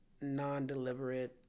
non-deliberate